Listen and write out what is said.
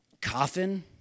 coffin